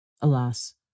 Alas